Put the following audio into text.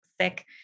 sick